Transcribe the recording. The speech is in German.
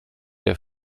der